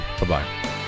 Bye-bye